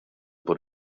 por